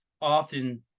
often